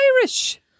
Irish